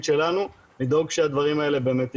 שלנו לדאוג שהדברים האלה באמת יקרו.